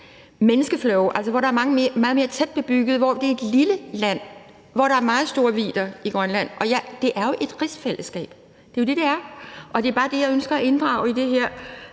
menneskeflow, hvor der er meget mere tæt bebygget. Det er et lille land, mens der er meget store vidder i Grønland. Det er et rigsfællesskab. Det er jo det, det er, og det er bare det, jeg ønsker at inddrage i det her.